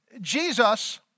Jesus